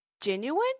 genuine